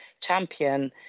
champion